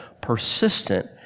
persistent